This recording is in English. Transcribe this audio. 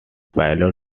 pilot